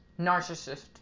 Narcissist